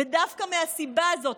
ודווקא מהסיבה הזאת,